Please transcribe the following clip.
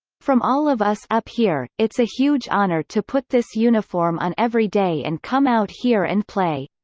from all of us up here, it's a huge honor to put this uniform on every day and come out here and play.